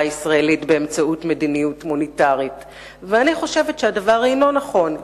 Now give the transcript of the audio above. הישראלית באמצעות המדיניות המוניטרית שהוא מופקד על ניהולה,